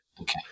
Okay